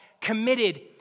committed